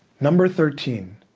number thirteen,